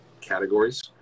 categories